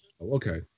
Okay